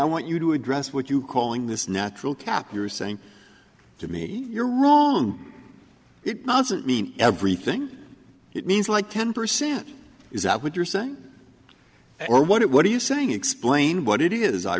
i want you to address what you calling this natural cap you're saying to me you're wrong it wasn't mean everything it means like ten percent is what you're saying or what are you saying explain what it is i